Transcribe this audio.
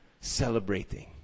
celebrating